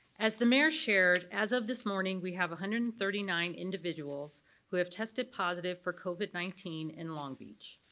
as the mayor shared as of this morning we have one hundred and thirty nine individuals who have tested positive for covid nineteen in long beach.